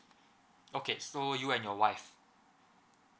okay so you and your wife